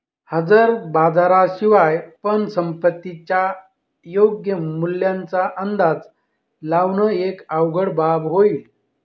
हजर बाजारा शिवाय पण संपत्तीच्या योग्य मूल्याचा अंदाज लावण एक अवघड बाब होईल